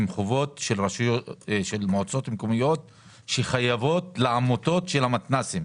חובות של מועצות מקומיות שחייבות לעמותות של המתנ"סים.